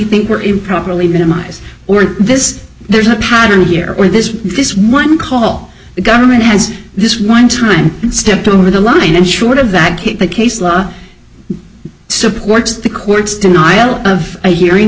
think were improperly minimized or this there's a pattern here or this this one call the government has this one time stepped over the line and short of that the case law supports the court's denial of a hearing